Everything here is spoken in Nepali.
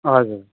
हजुर